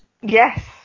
Yes